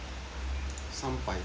三百多